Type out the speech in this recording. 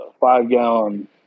five-gallon